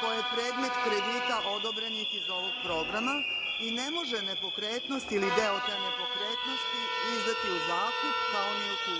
koja je predmet kredita odobrenog iz ovog programa i ne može nepokretnost ili deo te nepokretnosti izdati u zakup, kao ni otuđiti